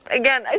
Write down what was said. again